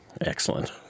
Excellent